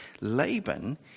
Laban